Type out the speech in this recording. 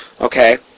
Okay